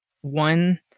one